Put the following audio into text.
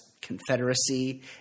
Confederacy